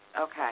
Okay